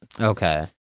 Okay